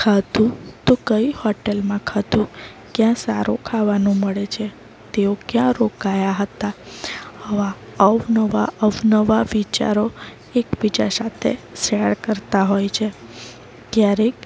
ખાધું તો કઈ હોટલમાં ખાધું ક્યાં સારું ખાવાનું મળે છે તેઓ ક્યાં રોકાયા હતા આવા અવનવા અવનવા વિચારો એકબીજા સાથે શેર કરતા હોય છે ક્યારેક